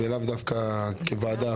ולאו דווקא כוועדה.